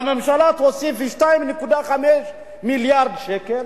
והממשלה תוסיף 2.5 מיליארד שקל.